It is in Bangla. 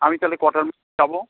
আমি তালে কটার মধ্যে যাবো